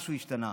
משהו השתנה.